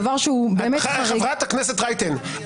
דבר שהוא באמת חריג --- חברת הכנסת רייטן,